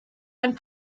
ein